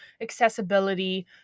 accessibility